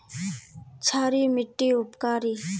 क्षारी मिट्टी उपकारी?